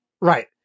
Right